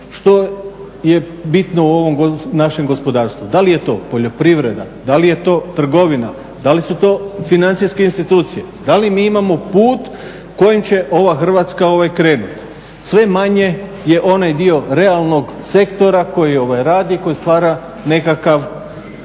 što je bitno u ovom našem gospodarstvu, da li je to poljoprivreda, da li je to trgovina, da li su to financijske institucije? Da li mi imamo put kojim će ova Hrvatska krenuti? Sve manje je onaj dio realnog sektora koji radi, koji stvara nekakav